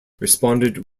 responded